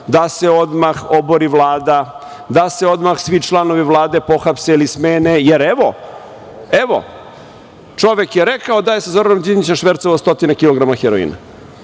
da se odmah obori Vlada, da se odmah svi članovi Vlade pohapse ili smene, jer evo, čovek je rekao da je sa Zoranom Đinđićem švercovao stotine kilograma heroina.